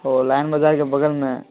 او line بازار کے بگل میں